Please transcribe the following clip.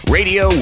Radio